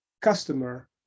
customer